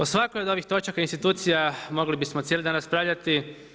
O svakoj od ovih točaka institucija mogli bismo cijeli dan raspravljati.